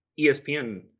ESPN